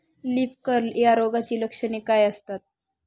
Leaf curl या रोगाची लक्षणे काय असतात?